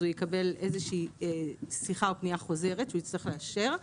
אז הוא יקבל איזושהי שיחה או פנייה חוזרת שהוא יצטרך לאשר,